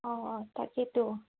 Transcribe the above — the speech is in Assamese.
অঁ অঁ তাকেইতো